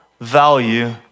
value